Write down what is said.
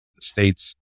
states